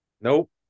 Nope